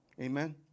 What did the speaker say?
Amen